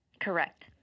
Correct